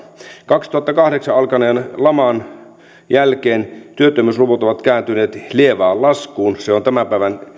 kaksituhattakahdeksan alkaneen laman jälkeen työttömyysluvut ovat kääntyneet lievään laskuun se on tämän päivän